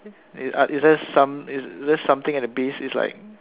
is uh is there is there something at the base is like